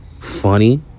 funny